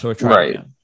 Right